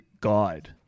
Guide